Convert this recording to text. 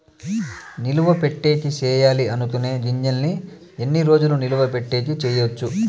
నిలువ పెట్టేకి సేయాలి అనుకునే గింజల్ని ఎన్ని రోజులు నిలువ పెట్టేకి చేయొచ్చు